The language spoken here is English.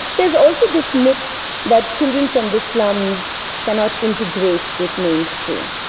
there is also this myth that children from the slums cannot integrate with mainstream.